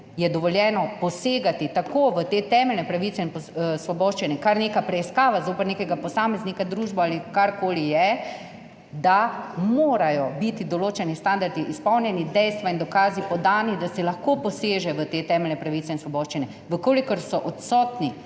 je dovoljeno posegati tako v te temeljne pravice in svoboščine, kar neka preiskava zoper nekega posameznika, družbo ali karkoli je, da morajo biti določeni standardi izpolnjeni, dejstva in dokazi podani, da se lahko poseže v te temeljne pravice in svoboščine. Če so odsotni,